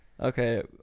Okay